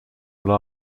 rely